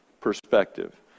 Perspective